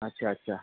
अच्छा अच्छा